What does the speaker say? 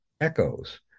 echoes